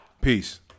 Peace